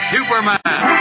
Superman